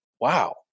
Wow